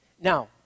Now